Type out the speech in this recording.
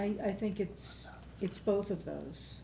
one i think it's it's both of those